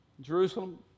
Jerusalem